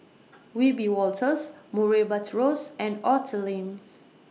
Wiebe Wolters Murray Buttrose and Arthur Lim